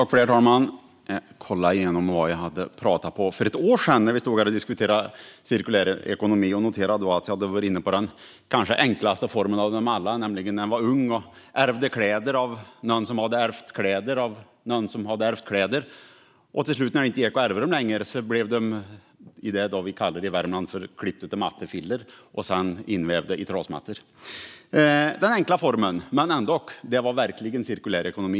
Herr talman! Jag kollade igenom vad jag pratade om för ett år sedan när vi stod här och diskuterade cirkulär ekonomi. Jag noterar att jag då var inne på den kanske enklaste formen av dem alla, nämligen när jag var ung och ärvde kläder av någon som hade ärvt kläder av någon som hade ärvt kläder. Till slut, när det inte gick att ärva kläderna längre, blev de klippta till vad vi i Värmland kallar för mattefiller och sedan invävda i trasmattor. Det är den enkla formen, men ändock - det var verkligen cirkulär ekonomi!